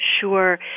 Sure